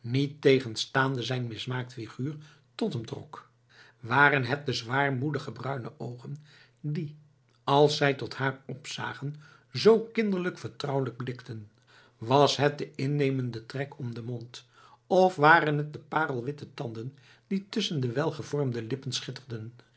niettegenstaande zijn mismaakt figuur tot hem trok waren het de zwaarmoedige bruine oogen die als zij tot haar opzagen zoo kinderlijk vertrouwelijk blikten was het de innemende trek om den mond of waren het de parelwitte tanden die tusschen de welgevormde lippen schitterden